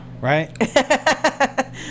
right